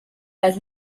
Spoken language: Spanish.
las